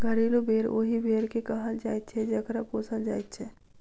घरेलू भेंड़ ओहि भेंड़ के कहल जाइत छै जकरा पोसल जाइत छै